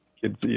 kids